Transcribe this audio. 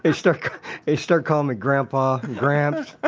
they start they start calling me grandpa, gramps,